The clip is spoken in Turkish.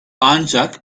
ancak